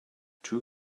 two